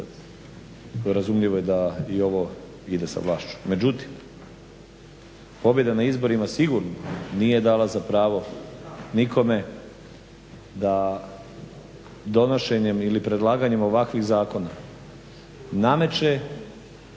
razumljivo da i ovo ide sa vlašću. Međutim, pobjeda na izborima sigurno nije dala za pravo nikome da donošenjem ili predlaganje ovakvih zakona nameće